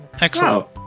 Excellent